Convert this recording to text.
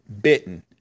bitten